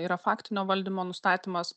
yra faktinio valdymo nustatymas